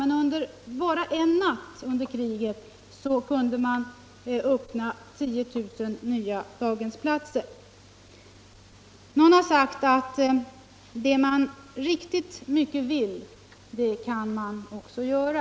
Men över bara en natt kunde man ändå öppna 10 000 nya barndaghemsplatser. Någon har sagt att det man riktigt mycket vill det kan man också göra.